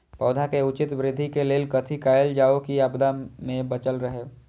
पौधा के उचित वृद्धि के लेल कथि कायल जाओ की आपदा में बचल रहे?